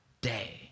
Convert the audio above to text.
day